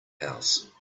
house